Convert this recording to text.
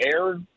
air